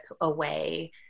away